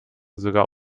sogar